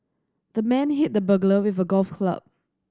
the man hit the burglar with a golf club